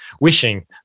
wishing